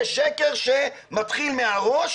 זה שקר שמתחיל מהראש.